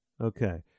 Okay